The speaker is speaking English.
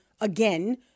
again